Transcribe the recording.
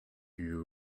you